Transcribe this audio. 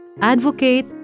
advocate